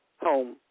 home